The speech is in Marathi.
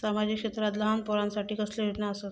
सामाजिक क्षेत्रांत लहान पोरानसाठी कसले योजना आसत?